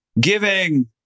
giving